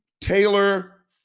Taylor